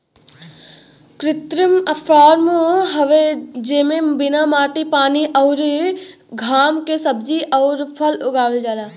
कृत्रिम फॉर्म हवे जेमे बिना माटी पानी अउरी घाम के सब्जी अउर फल उगावल जाला